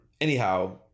anyhow